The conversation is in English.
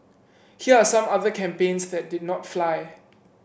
here are some other campaigns that did not fly